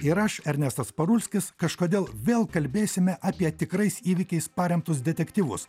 ir aš ernestas parulskis kažkodėl vėl kalbėsime apie tikrais įvykiais paremtus detektyvus